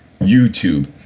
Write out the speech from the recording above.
YouTube